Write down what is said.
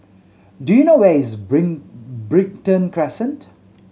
do you know where is Brighton Crescent